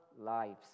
lives